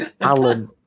Alan